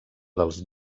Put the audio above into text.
dels